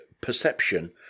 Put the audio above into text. perception